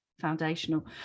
foundational